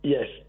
Yes